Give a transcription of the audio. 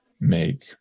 make